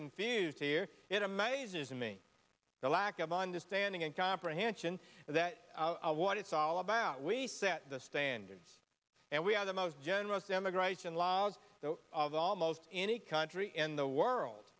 confused here it amazes me the lack of understanding and comprehension that what it's all about we set the standards and we have the most generous emigration laws of almost any country in the world